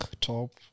top